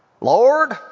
Lord